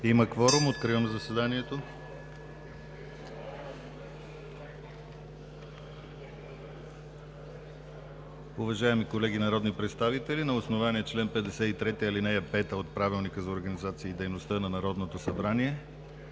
Има кворум. (Звъни.) Откривам заседанието. Уважаеми колеги народни представители! На основание чл. 53, ал. 5 от Правилника за организацията и дейността на Народното събрание